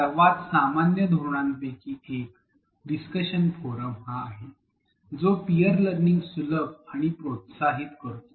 सर्वात सामान्य धोरणांपैकी एक डिस्कशन फोरम हा आहे की जो पियर लर्निंग सुलभ आणि प्रोत्साहित करतो